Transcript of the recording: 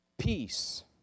peace